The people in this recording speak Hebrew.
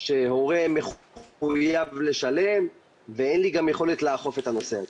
שהורה מחויב לשלם ואין לי גם יכולת לאכוף את הנושא הזה.